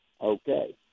Okay